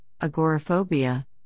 agoraphobia